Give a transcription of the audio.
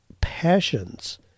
passions